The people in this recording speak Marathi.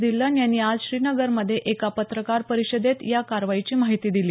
धिल्लन यांनी आज श्रीनगरमध्ये एका पत्रकार परिषदेत या कारवाईची माहिती दिली